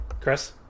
Chris